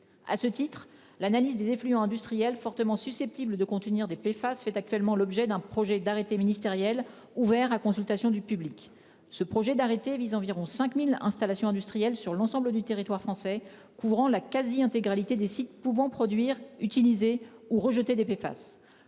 À ce titre, l'analyse des effluents industriels fortement susceptibles de contenir des PFAS fait actuellement l'objet d'un projet d'arrêté ministériel ouvert à consultation du public. Ce projet d'arrêté vise environ 5000 installations industrielles sur l'ensemble du territoire français couvrant la quasi-intégralité des sites pouvant produire utiliser ou rejeter des